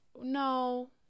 No